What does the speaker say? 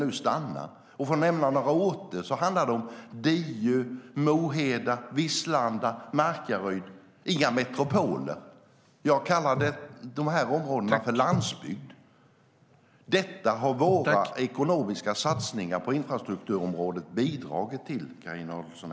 Det handlar om Diö, Moheda, Vislanda och Markaryd, för att nämna några orter. Det är inga metropoler. Jag kallar de här områdena för landsbygd. Detta har våra ekonomiska satsningar på infrastrukturområdet bidragit till, Carina Adolfsson Elgestam.